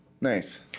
Nice